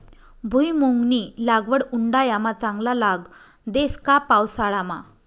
भुईमुंगनी लागवड उंडायामा चांगला लाग देस का पावसाळामा